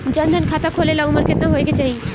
जन धन खाता खोले ला उमर केतना होए के चाही?